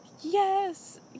Yes